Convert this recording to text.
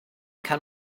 kann